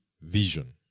vision